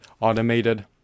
automated